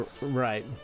Right